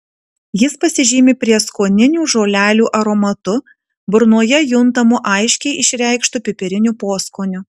jis pasižymi prieskoninių žolelių aromatu burnoje juntamu aiškiai išreikštu pipiriniu poskoniu